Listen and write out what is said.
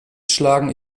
schlagen